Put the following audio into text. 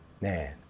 Man